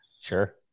Sure